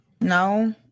No